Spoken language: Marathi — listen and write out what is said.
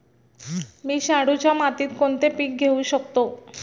मी शाडूच्या मातीत कोणते पीक घेवू शकतो?